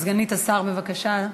סגנית השר, בבקשה.